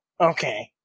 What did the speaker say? okay